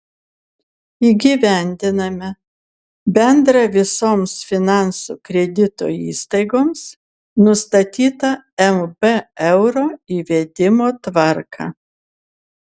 įgyvendiname bendrą visoms finansų kredito įstaigoms nustatytą lb euro įvedimo tvarką